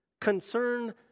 concern